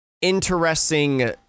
interesting